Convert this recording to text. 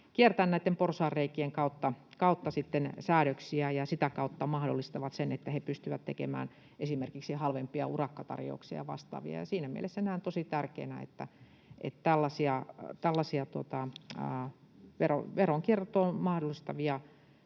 kiertää näitten porsaanreikien kautta säädöksiä ja sitä kautta mahdollistaa sen, että he pystyvät tekemään esimerkiksi halvempia urakkatarjouksia ja vastaavia. Siinä mielessä näen tosi tärkeänä, että tällaisia veronkiertoa mahdollistavia